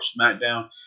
SmackDown